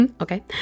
okay